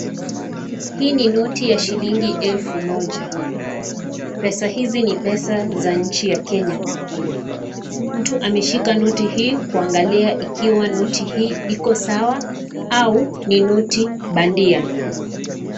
Hii ni noti ya shilingi elfu moja. Pesa hizi ni pesa za nchi ya Kenya. Mtu ameshika noti hii kuangalia ikiwa noti hii iko sawa au ni noti bandia.